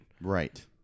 Right